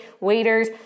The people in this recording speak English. waiters